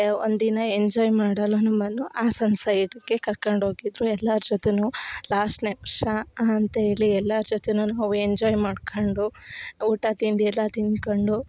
ಒಂದು ದಿನ ಎಂಜಾಯ್ ಮಾಡಲು ನಮ್ಮನ್ನು ಹಾಸನ್ ಸೈಡ್ಗೆ ಕರ್ಕಂಡೋಗಿದ್ರು ಎಲ್ಲಾರ ಜೊತೇ ಲಾಸ್ಟ್ ನಿಮಿಷ ಅಂತೇಳಿ ಎಲ್ಲಾರ ಜೊತೇ ನಾವು ಎಂಜಾಯ್ ಮಾಡ್ಕೊಂಡು ಊಟ ತಿಂಡಿಯೆಲ್ಲ ತಿನ್ಕೊಂಡು